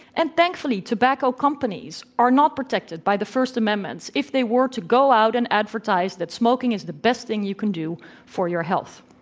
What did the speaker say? and thankfully, tobacco companies are not protected by the first amendment if they were to go out and advertise that smoking is the best thing you can do for your health.